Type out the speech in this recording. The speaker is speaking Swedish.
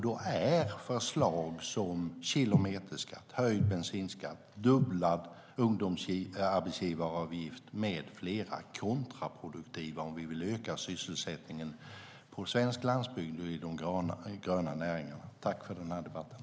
Då är förslag som kilometerskatt, höjd bensinskatt och fördubblad arbetsgivaravgift för ungdomar kontraproduktivt om vi vill öka sysselsättningen på svensk landsbygd och inom den gröna näringen.